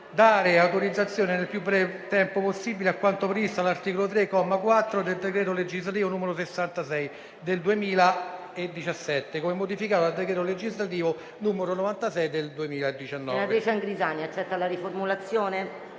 dare attuazione, nel più breve tempo possibile, a quanto previsto dall'articolo 3, comma 4, del decreto legislativo n. 66 del 2017, come modificato dal decreto legislativo n. 96 del 2019.